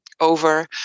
over